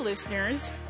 Listeners